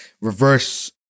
reverse